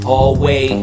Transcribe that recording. Hallway